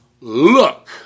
Look